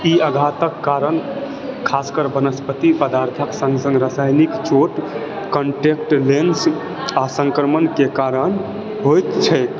ई आघातक कारण खासकर वनस्पति पदार्थक सङ्ग सङ्ग रासायनिक चोट कॉन्टैक्ट लेन्स आ संक्रमणके कारण होइत छैक